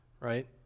Right